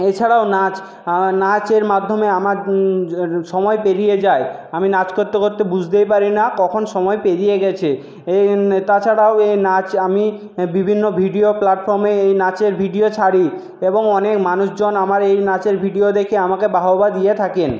এছাড়াও নাচ নাচের মাধ্যমে আমার সময় পেরিয়ে যায় আমি নাচ করতে করতে বুঝতেই পারি না কখন সময় পেরিয়ে গেছে এ তাছাড়াও এ নাচ আমি বিভিন্ন ভিডিও প্ল্যাটফর্মে এই নাচের ভিডিও ছাড়ি এবং অনেক মানুষজন আমার এই নাচের ভিডিও দেখে আমাকে বাহবা দিয়ে থাকেন